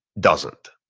doesn't.